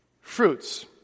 fruits